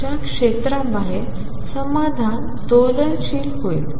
च्या क्षेत्राबाहेर समाधान दोलनशील होईल